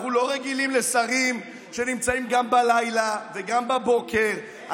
אנחנו לא רגילים לשרים שנמצאים גם בלילה וגם בבוקר,